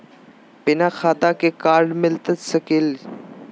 बिना खाता के कार्ड मिलता सकी?